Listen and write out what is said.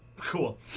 Cool